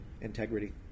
integrity